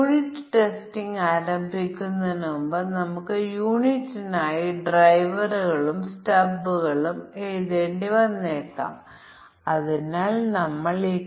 വ്യത്യസ്ത സാഹചര്യങ്ങളിൽ നിങ്ങൾക്ക് ലഭിക്കുന്ന പ്രശ്നങ്ങൾക്കായി തുല്യതാ ക്ലാസ് ടെസ്റ്റുകളും പ്രത്യേക മൂല്യ പരിശോധനകളും രൂപകൽപ്പന ചെയ്യുന്നതിനുള്ള പ്രശ്നങ്ങൾ ദയവായി ചെയ്യുക